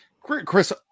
Chris